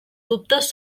dubtes